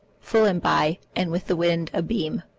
full-and-by, and with the wind abeam.